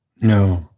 No